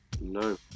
no